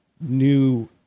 new